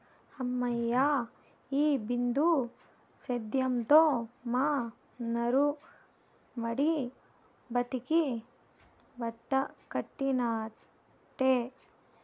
హమ్మయ్య, ఈ బిందు సేద్యంతో మా నారుమడి బతికి బట్టకట్టినట్టే